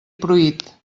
pruit